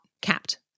capped